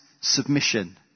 submission